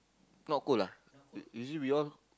not cold ah is it because